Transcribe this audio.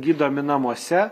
gydomi namuose